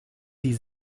sie